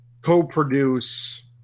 co-produce